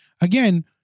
again